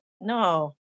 no